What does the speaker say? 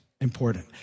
important